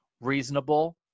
reasonable